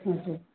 हजुर